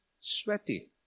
sweaty